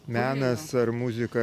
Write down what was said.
menas ar muzika